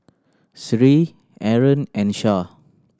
Sri Aaron and Shah